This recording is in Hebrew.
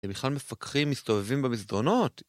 הם בכלל מפקחים, מסתובבים במזרנות.